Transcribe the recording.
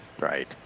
Right